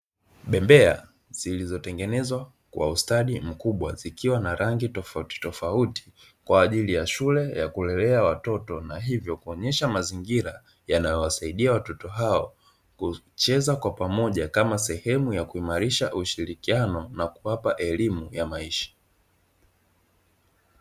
Bembea zilizotengenezwa kwa ustadi mkubwa zikiwa na rangi tofautitofauti kwa ajili ya shule ya kulelea watoto na hivyo kuonyesha, mazingira yanayowasaidia watoto hao kucheza kwa pamoja kama sehemu ya kuimarisha ushirikiano na kuwapa elimu ya maisha.